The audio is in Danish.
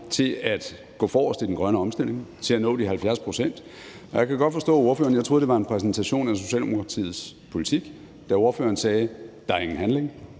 til at gå forrest i den grønne omstilling for at nå de 70 pct., og jeg kan godt forstå ordføreren. Jeg troede, det var en præsentation af Socialdemokratiets politik, da ordføreren sagde: Der er ingen handling,